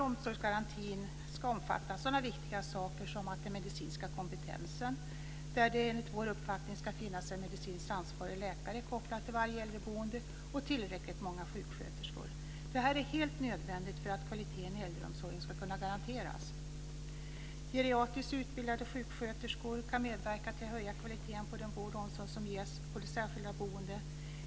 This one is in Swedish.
Omsorgsgarantin ska omfatta sådana viktiga saker som t.ex. den medicinska kompetensen där det enligt vår uppfattning ska finnas en medicinskt ansvarig läkare kopplad till varje äldreboende och tillräckligt många sjuksköterskor. Det här är helt nödvändigt för att kvaliteten i äldreomsorgen ska kunna garanteras. Geriatriskt utbildade sjuksköterskor kan medverka till att höja kvaliteten på den vård och omsorg som ges på det särskilda boendet.